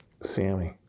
Sammy